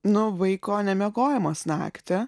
nu vaiko nemiegojimas naktį